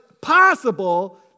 possible